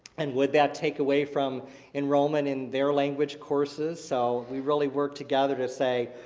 and would that take away from enrollment in their language courses? so we really worked together to say,